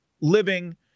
living